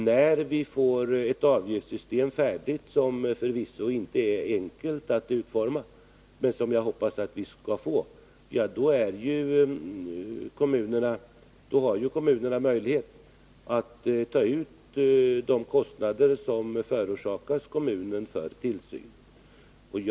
När vi fått ett avgiftssystem, som förvisso inte är enkelt att utforma men som jag hoppas att vi skall få, har ju kommunerna möjlighet att ta ut de kostnader som förorsakas kommunerna för tillsynen.